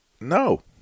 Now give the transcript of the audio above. No